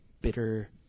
bitter